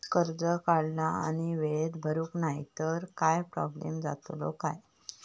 कर्ज काढला आणि वेळेत भरुक नाय तर काय प्रोब्लेम जातलो काय?